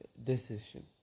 Decision